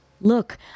Look